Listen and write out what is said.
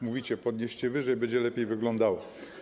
Mówicie: podnieście wyżej, będzie lepiej wyglądało.